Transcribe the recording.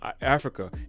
africa